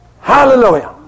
Hallelujah